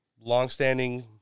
longstanding